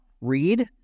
read